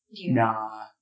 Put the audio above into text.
nah